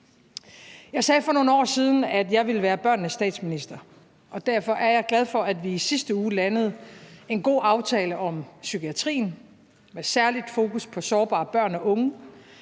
Jeg sagde for nogle år siden, at jeg ville være børnenes statsminister, og derfor er jeg glad for, at vi i sidste uge landede en god aftale om psykiatrien med særligt fokus på sårbare børn og unge.